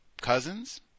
Cousins